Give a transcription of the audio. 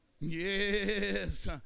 Yes